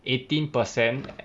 eighteen per cent